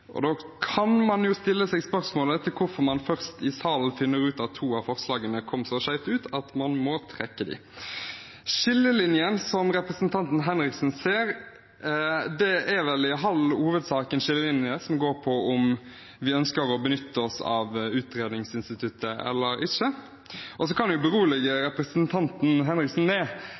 Da kan man jo stille seg spørsmål om hvorfor man først i salen finner ut at to av forslagene kom så skjevt ut at man må trekke dem. Skillelinjen som representanten Henriksen ser, er vel i all hovedsak en skillelinje som går på om vi ønsker å benytte oss av utredningsinstituttet eller ikke. Og så kan vi, som et lite svar på sangreferansen, berolige representanten Henriksen